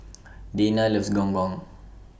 Dayna loves Gong Gong